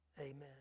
amen